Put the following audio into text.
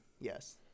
yes